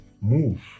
move